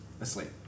asleep